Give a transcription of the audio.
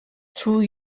through